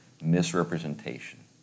misrepresentation